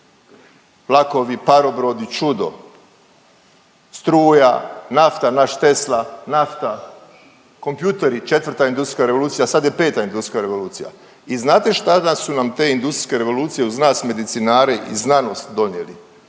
vlakovi, parobrodi čudo, struja, nafta, naš Tesla, nafta, kompjutori 4. industrijska revolucija, sad je 5. industrijska revolucija i znate šta da su nam te industrijske revolucije uz nas medicinare i znanost donijeli?